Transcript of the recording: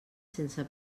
sense